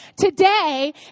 today